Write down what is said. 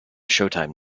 showtime